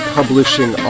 Publishing